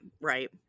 right